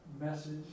message